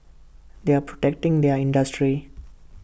they are protecting their industry